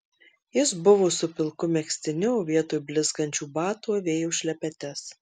jis buvo su pilku megztiniu o vietoj blizgančių batų avėjo šlepetes